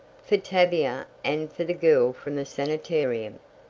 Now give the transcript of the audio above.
for tavia and for the girl from the sanitarium.